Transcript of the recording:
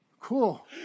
Cool